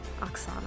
Oksana